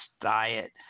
diet